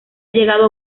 llegado